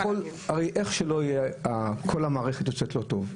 הרי איך שלא יהיה, כל המערכת יוצאת לא טוב.